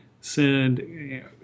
send